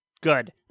Good